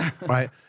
Right